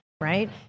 right